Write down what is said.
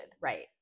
right